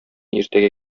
иртәгә